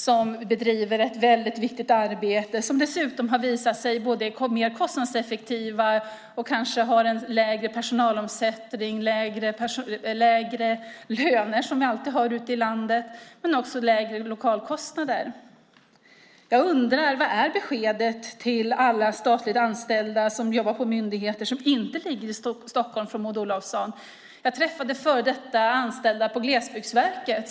De bedriver ett väldigt viktigt arbete och har dessutom visat sig mer kostnadseffektiva - de har kanske en lägre personalomsättning, lägre löner, som vi alltid har ute i landet, och lägre lokalkostnader. Jag undrar: Vad är beskedet från Maud Olofsson till alla statligt anställda som jobbar på myndigheter som inte ligger i Stockholm? Jag träffade före detta anställda på Glesbygdsverket.